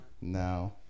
No